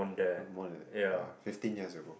not more than ya fifteen years ago